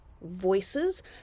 voices